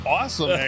awesome